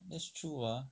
that's true ah